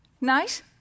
Nice